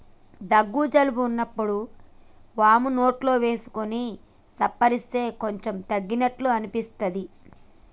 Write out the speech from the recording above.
దగ్గు జలుబు వున్నప్పుడు వోమ నోట్లో వేసుకొని సప్పరిస్తే కొంచెం తగ్గినట్టు అనిపిస్తది